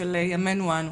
קורצ'ק" של ימינו אנו,